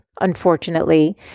unfortunately